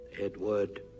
...Edward